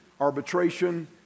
arbitration